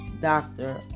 doctor